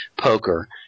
poker